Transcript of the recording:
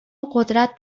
قدرت